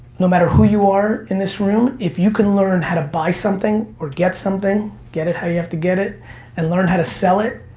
no matter who you are in this room, if you can learn how to buy something or get something, get it how you have to get it and learn how to sell it,